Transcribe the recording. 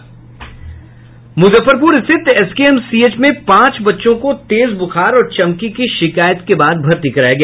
मुजफ्फरपुर स्थित एसकेएमसीएच में पांच बच्चों को तेज बुखार और चमकी की शिकायत के बाद भर्ती कराया गया